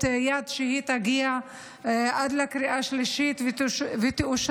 יד שהיא תגיע עד לקריאה השלישית ותאושר,